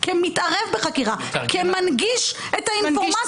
כמתערב בחקירה, כמנגיש את האינפורמציה.